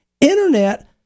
internet